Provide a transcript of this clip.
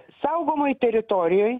saugomoj teritorijoj